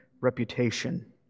reputation